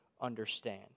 understand